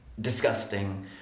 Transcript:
disgusting